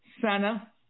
Sana